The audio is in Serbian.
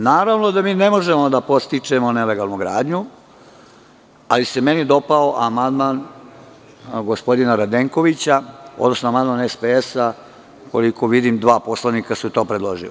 Naravno da mi ne možemo da podstičemo nelegalnu gradnju, ali se meni dopao amandman gospodina Radenkovića, odnosno amandman SPS, koliko vidim, dva poslanika su to predložila.